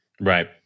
right